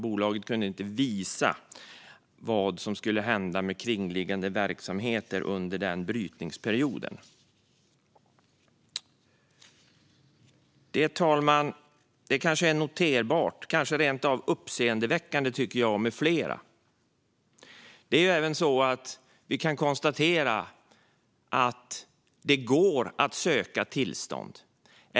Bolaget kunde inte visa vad som skulle hända med kringliggande verksamheter under brytningsperioden. Herr talman! Detta är noterbart, kanske rent av uppseendeväckande, tycker jag och flera med mig. Vi kan konstatera att det går att söka tillstånd.